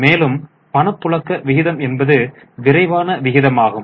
மேலும் பணப்புழக்க விகிதம் என்பது விரைவான விகிதமாகும்